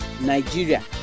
Nigeria